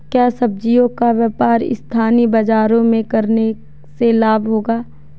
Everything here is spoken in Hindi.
क्या सब्ज़ियों का व्यापार स्थानीय बाज़ारों में करने से लाभ होगा?